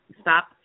stop